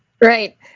Right